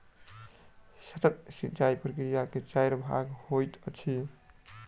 सतह सिचाई प्रकिया के चाइर भाग होइत अछि